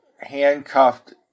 handcuffed